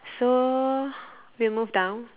so we move down